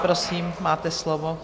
Prosím, máte slovo.